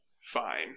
fine